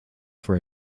for